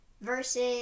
versus